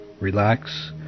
relax